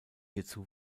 hierzu